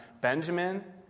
Benjamin